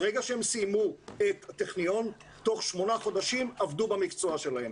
ברגע שהם סיימו את הטכניון תוך שמונה חודשים עבדו במקצוע שלהם.